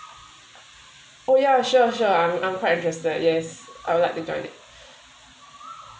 oh ya sure sure I'm I'm quite interested yes I would like to join it